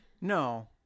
No